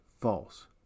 false